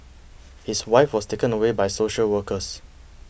his wife was taken away by social workers